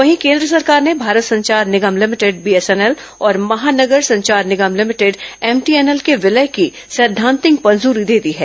वहीं केन्द्र सरकार ने भारत संचार निगम लिमिटेड बीएसएनएल और महानगर संचार निगम लिभिटेड एमटीएनएल के विलय की सैद्धांतिक मंजूरी दे दी है